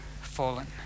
fallen